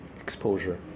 exposure